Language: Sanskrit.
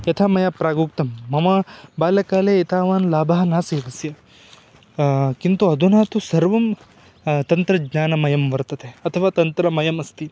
यथा मया प्राग् उक्तं मम बाल्यकाले एतावान् लाभः नासीदस्य किन्तु अधुना तु सर्वं तन्त्रज्ञानमयं वर्तते अथवा तन्त्रमयमस्ति